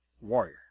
warrior